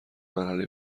مرحله